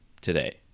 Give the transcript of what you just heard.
today